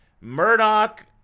Murdoch